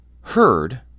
heard